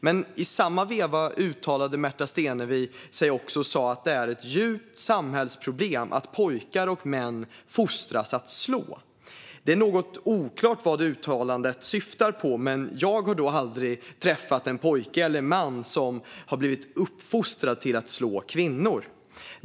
Men i samma veva uttalade Märta Stenevi sig också och sa att det är ett djupt samhällsproblem att pojkar och män fostras att slå. Det är något oklart vad uttalandet syftar på, men jag har då aldrig träffat en pojke eller man som har blivit fostrad till att slå kvinnor.